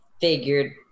Figured